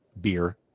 beer